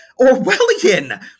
Orwellian